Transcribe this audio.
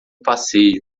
passeio